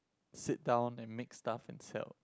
sit down and make stuff and sell